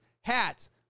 hats